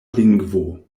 lingvo